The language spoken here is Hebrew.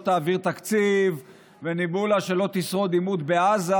תעביר תקציב וניבאו לה שלא תשרוד עימות בעזה,